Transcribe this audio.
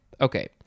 Okay